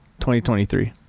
2023